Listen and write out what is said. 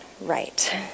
right